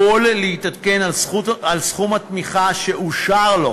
יכול להתעדכן בסכום התמיכה שאושר לו